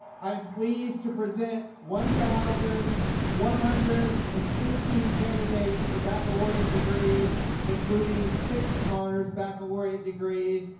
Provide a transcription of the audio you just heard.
i am pleased to present one thousand one hundred and sixteen candidates for baccalaureate degrees including six honors baccalaureate degrees.